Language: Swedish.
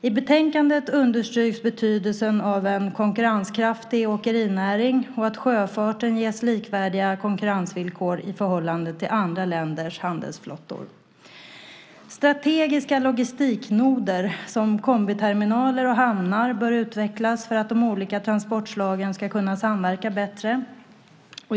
I betänkandet understryks betydelsen av en konkurrenskraftig åkerinäring och att sjöfarten ges likvärdiga konkurrensvillkor i förhållande till andra länders handelsflottor. Strategiska logistiknoder, till exempel kombiterminaler och hamnar, bör utvecklas för att de olika transportslagen ska kunna samverka bättre.